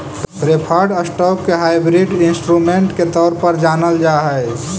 preferred stock के hybrid instrument के तौर पर जानल जा हइ